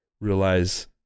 realize